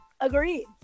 Agreed